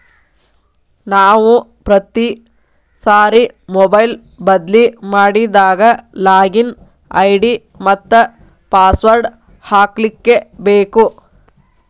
ನಾವು ಪ್ರತಿ ಸಾರಿ ಮೊಬೈಲ್ ಬದ್ಲಿ ಮಾಡಿದಾಗ ಲಾಗಿನ್ ಐ.ಡಿ ಮತ್ತ ಪಾಸ್ವರ್ಡ್ ಹಾಕ್ಲಿಕ್ಕೇಬೇಕು